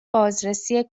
بازرسی